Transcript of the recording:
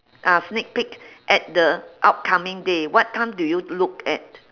ah sneak peek at the upcoming day what time do you look at